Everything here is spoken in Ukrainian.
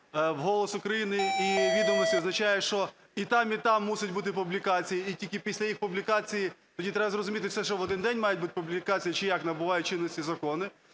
в "Голосі України" і відомостях означає, що і там, і там мусять бути публікації, і тільки після їх публікацій тоді треба зрозуміти, це що, в один день мають бути публікації, чи як набувають чинності закони?